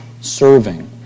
serving